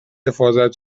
حفاظت